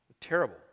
Terrible